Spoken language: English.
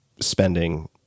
spending